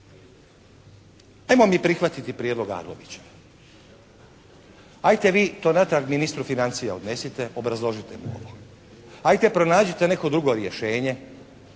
ajmo mi prihvatiti prijedlog Arlovićev. Ajte vi to natrag ministru financija odnesite, obrazložite mu ovo. Ajde pronađite neko drugo rješenje,